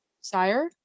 sire